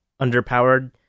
underpowered